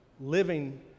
living